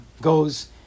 goes